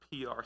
PR